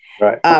right